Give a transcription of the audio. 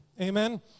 Amen